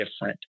different